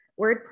WordPress